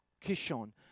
Kishon